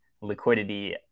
liquidity